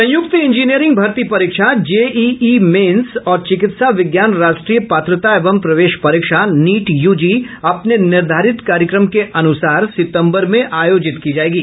संयुक्त इंजीनियंरिंग भर्ती परीक्षा जेईई मेन्स और चिकित्सा विज्ञान राष्ट्रीय पात्रता एवं प्रवेश परीक्षा नीट यूजी अपने निर्धारित कार्यक्रम के अनुसार सिंतबर में आयोजित की जाएंगी